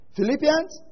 Philippians